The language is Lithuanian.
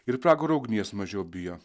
ir pragaro ugnies mažiau bijo